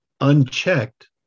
unchecked